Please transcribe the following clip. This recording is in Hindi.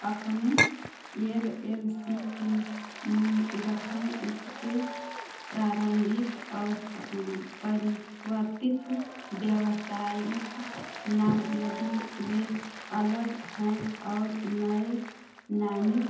अपने एल एल सी के मूल गठन इसके प्रारम्भिक और परिवर्तित व्यवसायिक नाम यदि वे अलग हैं और नये नामित